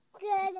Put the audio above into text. Good